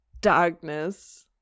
darkness